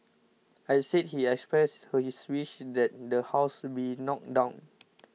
I said he expressed his wish that the house be knocked down